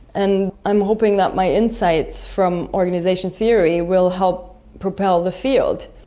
and i'm hoping that my insights from organisation theory will help propel the field.